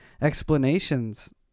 explanations